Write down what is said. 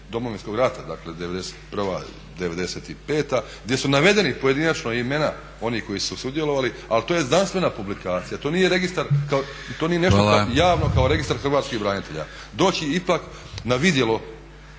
Domovinskog rata, dakle '91.-'95. gdje su navedeni pojedinačno imena onih koji su sudjelovali ali to je znanstvena publikacija, to nije registar, to nije nešto javno kao registar hrvatskih branitelja… …/Upadica: